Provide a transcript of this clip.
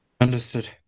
Understood